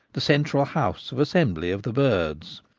the central house of assem bly of the birds.